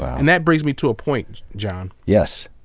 and that brings me to a point, john. yes.